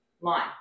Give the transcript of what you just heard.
line